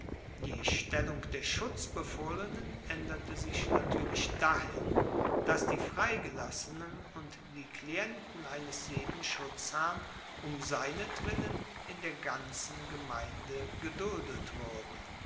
die stellung der schutzbefohlenen aenderte sich natuerlich dahin dass die freigelassenen und die klienten eines jeden schutzherrn um seinetwillen in der ganzen gemeinde geduldet wurden